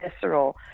visceral